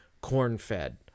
corn-fed